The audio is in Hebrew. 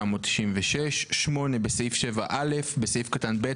התשנ"ו-1996."; (8)בסעיף 7 (א)בסעיף קטן (ב),